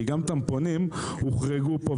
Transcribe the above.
כי גם טמפונים הוחרגו פה,